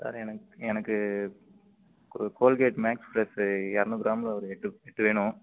sir எனக்கு எனக்கு ஒரு கோல்கேட் மேக்ஸ் ஃப்ரெஸ் இரநூறு கிராமில் ஒரு எட்டு எட்டு வேணும்